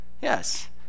Yes